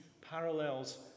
parallels